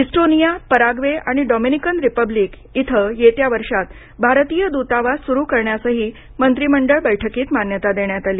Estonia Paraguay आणि Dominican Republic इथं येत्या वर्षात भारतीय दूतावास सुरू करण्यासही मंत्रीमंडळ बैठकीत मान्यता देण्यात आली